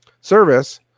service